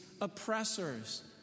oppressors